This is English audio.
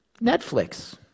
Netflix